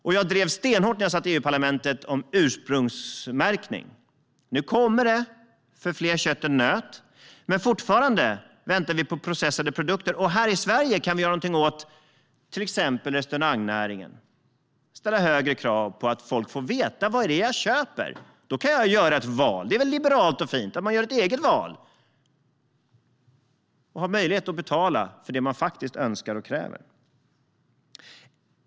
När jag satt i EU-parlamentet drev jag stenhårt frågan om ursprungsmärkning. Nu kommer det för fler typer av kött än nötkött. Men fortfarande väntar vi när det gäller processade produkter. Här i Sverige kan vi till exempel göra något åt restaurangnäringen, ställa högre krav på att folk får veta vad de köper. Då kan de göra ett val. Det är väl liberalt och fint, att man gör ett eget val och har möjlighet att betala för det man önskar och kräver.